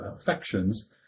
affections